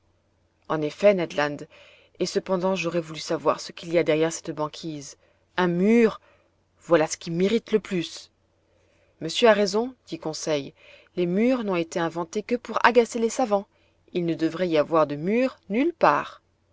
en effet ned land et cependant j'aurais voulu savoir ce qu'il y a derrière cette banquise un mur voilà ce qui m'irrite le plus monsieur a raison dit conseil les murs n'ont été inventés que pour agacer les savants il ne devrait y avoir de murs nulle part